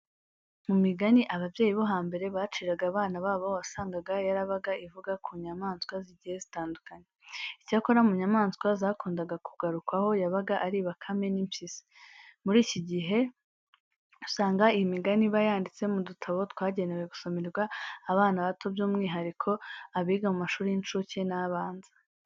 Mu migani ababyeyi bo hambere baciraga abana babo wasangaga yarabaga ivuga ku nyamaswa zigiye zitandukanye. Icyakora mu nyamaswa zakundaga kugarukwaho yabaga ari bakame n'impyisi. Muri iki gihe usanga iyi migani iba yanditse mu dutabo twagenewe gusomerwa abana bato by'umwihariko abiga mu mashuri y'incuke n'abanza.